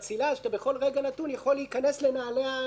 שבכל רגע נתון אתה יכול להיכנס לנעלי הנאצל,